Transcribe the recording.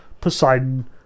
Poseidon